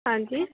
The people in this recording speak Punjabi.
ਹਾਂਜੀ